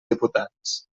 diputats